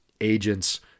agents